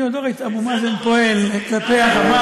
אני עוד לא ראיתי את אבו מאזן פועל כלפי ה"חמאס".